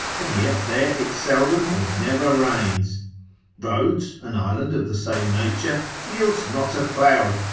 and yet there it seldom or never rains rhodes, an island of the same nature, yields not a cloud,